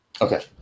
Okay